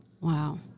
Wow